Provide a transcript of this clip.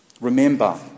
Remember